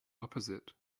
opposite